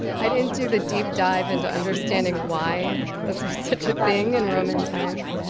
i didn't do the deep dive into understanding why this was such a thing in roman times.